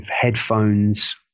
headphones